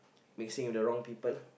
mixing with the wrong people